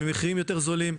ממחירים יותר זולים.